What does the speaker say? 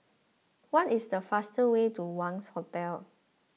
what is the fastest way to Wangz Hotel